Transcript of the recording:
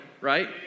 right